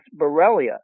Borrelia